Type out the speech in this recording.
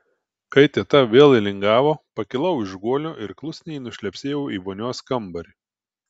kai teta vėl įlingavo pakilau iš guolio ir klusniai nušlepsėjau į vonios kambarį